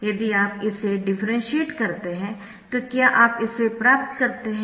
यदि आप इसे डिफ्रेंशिएट करते है तो क्या आप इसे प्राप्त करते है